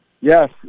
yes